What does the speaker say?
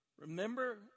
Remember